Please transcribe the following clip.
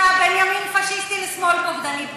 בין לומר ימין פאשיסטי לשמאל בוגדני.